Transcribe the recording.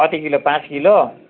कति किलो पाँच किलो